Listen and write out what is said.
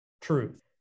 truth